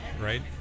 right